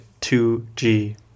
2G